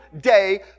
day